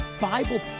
Bible